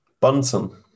Bunsen